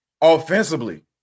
offensively